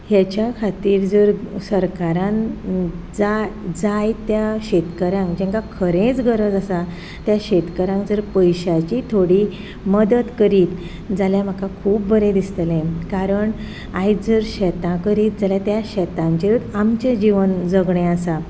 हाच्या खातीर जर सरकारान जाय जायत्या शेतकऱ्यांक जांकां खरेंच गरज आसा तशा शेतकऱ्यांक जर पयश्यांची थोडी मदत करीत जाल्यार म्हाका खूब बरें दिसतलें कारण आयज जर शेतां करीत जाल्यार त्या शेतांचेर आमचें जिवन जगणें आसा